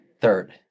Third